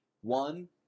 one